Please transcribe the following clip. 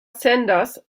sanders